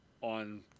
on